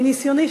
מניסיוני,